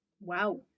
Wow